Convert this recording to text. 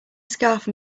scarf